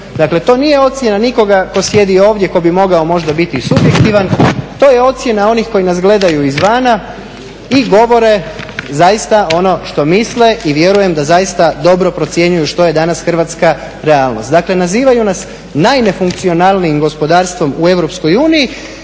Dakle, to nije ocjena nikoga ko sjedi ovdje, ko bi mogao možda biti i subjektivan, to je ocjena onih koji nas gledaju izvana i govore zaista ono što misle i vjerujem da zaista dobro procjenjuju što je danas hrvatska realnost. Dakle, nazivaju nas najnefunkcionalnijim gospodarstvom u